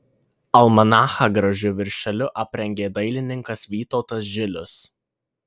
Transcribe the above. almanachą gražiu viršeliu aprengė dailininkas vytautas žilius